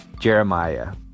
Jeremiah